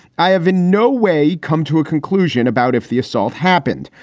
i have in no way come to a conclusion about if the assault happened.